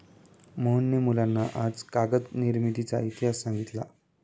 मोहनने मुलांना आज कागद निर्मितीचा इतिहास सांगितला